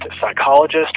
psychologist